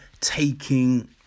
taking